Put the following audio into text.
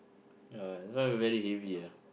ya that's why we very heavy ah